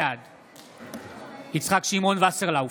בעד יצחק שמעון וסרלאוף,